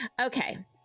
Okay